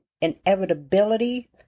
inevitability